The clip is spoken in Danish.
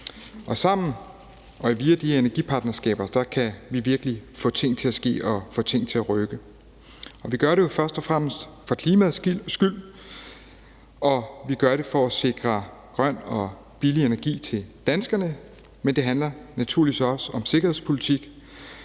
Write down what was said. Sammen og via de her energipartnerskaber kan vi virkelig få ting til at ske og få ting til at rykke. Vi gør det jo først og fremmest for klimaets skyld, og vi gør det for at sikre grøn og billig energi til danskerne. Men det handler naturligvis også om sikkerhedspolitik,